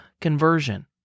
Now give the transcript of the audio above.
conversion